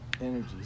energy